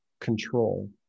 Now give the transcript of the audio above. control